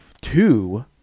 two